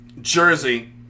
jersey